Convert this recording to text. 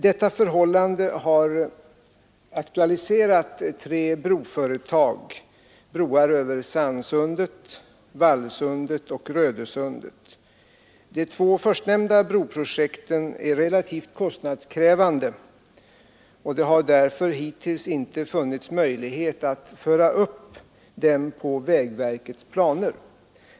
Detta förhållande har aktualiserat tre broföretag: broar över Sandsundet, Vallsundet och Rödösundet. De två förstnämnda broprojekten är relativt kostnadskrävande, och det har därför hittills inte funnits möjlighet att föra upp dem på vägverkets planer.